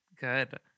Good